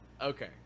Okay